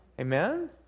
Amen